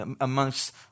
amongst